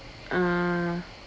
uh